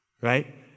Right